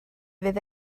fydd